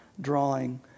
drawing